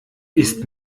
ist